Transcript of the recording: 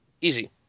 Easy